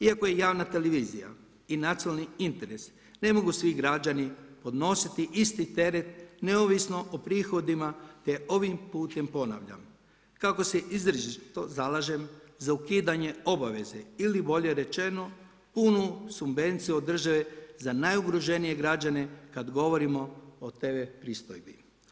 Iako je javna televizija i nacionalni interesi ne mogu svi građani podnositi isti teret neovisno o prihodima te ovim putem ponavljam kako se izričito zalažem za ukidanje obaveze ili bolje rečeno punu subvenciju od države za najugroženije građane kad govorimo o TV pristojbi.